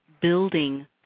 building